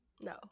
no